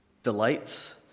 Delights